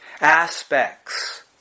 aspects